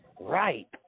Right